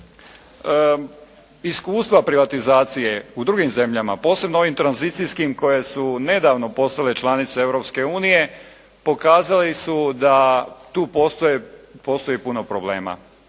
iskustva privatizacije u drugim zemljama posebno ovim tranzicijskim koje su nedavno postale članice Europske unije pokazali su da tu postoji puno problema